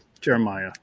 Jeremiah